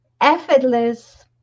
effortless